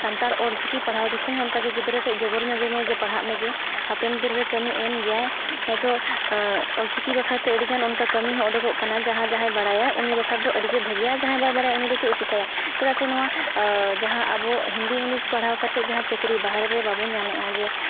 ᱥᱟᱱᱛᱟᱲ ᱚᱞ ᱪᱤᱠᱤ ᱯᱟᱲᱦᱟᱣ ᱡᱚᱠᱷᱚᱡ ᱦᱚᱸ ᱚᱱᱠᱟᱜᱮ ᱜᱤᱫᱽᱨᱟᱹ ᱠᱟᱹᱡ ᱡᱚᱵᱚᱨ ᱧᱚᱜᱮ ᱢᱮ ᱯᱲᱦᱟᱜ ᱢᱮᱜᱮ ᱦᱟᱯᱮᱱ ᱫᱤᱱᱨᱮ ᱠᱟᱹᱢᱤ ᱮᱢ ᱜᱮᱭᱟᱭ ᱱᱤᱛᱚᱜ ᱚᱞ ᱪᱤᱠᱤ ᱵᱟᱠᱷᱨᱟᱛᱮ ᱟᱹᱰᱤᱜᱟᱱ ᱚᱱᱠᱟ ᱠᱟᱹᱢᱤ ᱦᱚᱸ ᱩᱰᱩᱜᱚᱜ ᱠᱟᱱᱟ ᱡᱟᱦᱟᱸᱭ ᱡᱟᱦᱟᱸᱭ ᱵᱟᱲᱟᱭᱟ ᱩᱱᱤ ᱵᱟᱠᱷᱨᱟ ᱫᱚ ᱟᱹᱰᱤᱜᱮ ᱵᱷᱟᱹᱜᱤᱭᱟ ᱡᱟᱦᱟᱸᱭ ᱵᱟᱭ ᱵᱟᱲᱟᱭᱟ ᱩᱱᱤ ᱫᱚ ᱪᱮᱫ ᱮ ᱪᱤᱠᱟᱹᱭᱟ ᱪᱮᱫᱟᱜ ᱥᱮ ᱱᱚᱣᱟ ᱡᱟᱦᱟᱸ ᱟᱵᱚ ᱦᱤᱱᱫᱤ ᱤᱝᱞᱤᱥ ᱯᱟᱲᱦᱟᱣ ᱡᱟᱦᱟᱸ ᱪᱟᱹᱠᱨᱤ ᱵᱟᱦᱨᱮ ᱨᱮ ᱵᱟᱵᱚᱱ ᱧᱟᱢᱮᱫᱟ ᱡᱮ